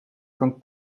kan